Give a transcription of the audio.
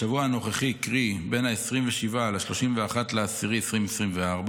בשבוע הנוכחי, קרי בין 27 ל-31 באוקטובר 2024,